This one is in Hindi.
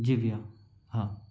जी भैया हाँ